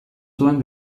zuen